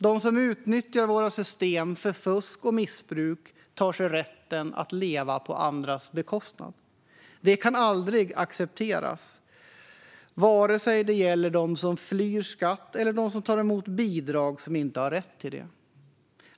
De som utnyttjar våra system för fusk och missbruk tar sig rätten att leva på andras bekostnad. Det kan aldrig accepteras, vare sig det gäller dem som flyr skatt eller dem som tar emot bidrag som de inte har rätt till.